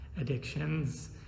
addictions